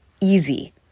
easy